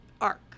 arc